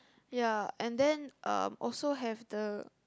ya and then um also have the